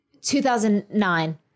2009